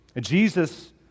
Jesus